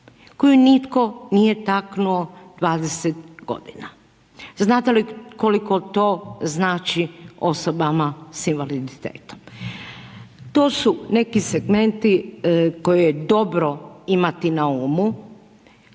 koju nitko nije taknuo 20 godina. Znate li koliko to znači osobama sa invaliditetom? To su neki segmenti koje je dobro imati na umu